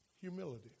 Humility